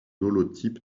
holotype